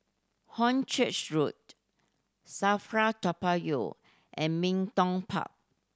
Hornchurch Road SAFRA Toa Payoh and Bin Tong Park